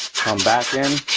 come back in